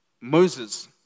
Moses